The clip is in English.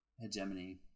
hegemony